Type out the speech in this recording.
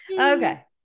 okay